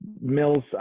Mills